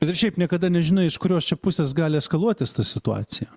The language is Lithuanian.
bet ir šiaip niekada nežinai iš kurios čia pusės gali eskaluotis situacija